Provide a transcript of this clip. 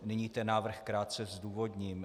Nyní návrh krátce zdůvodním.